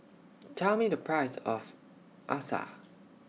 Tell Me The Price of